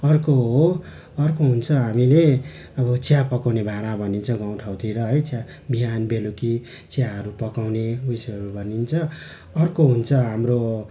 अर्को हो अर्को हुन्छ हामीले अब चिया पकाउने भाँडा भनिन्छ गाउँठाउँतिर है चिया बिहान बेलुकी चियाहरू पकाउने उयसहरू भनिन्छ अर्को हुन्छ हाम्रो